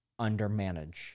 undermanage